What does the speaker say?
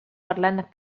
parlant